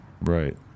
Right